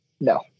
No